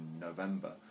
November